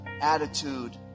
attitude